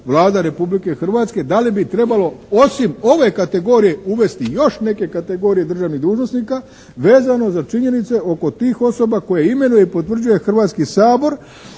Vlada Republike Hrvatske, da li bi trebalo osim ove kategorije uvesti još neke kategorije državnih dužnosnika, vezano za činjenice oko tih osoba koje imenuje i potvrđuje hrvatski Sabor,